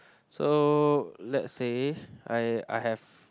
so let's say I I have